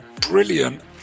brilliant